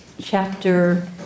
chapter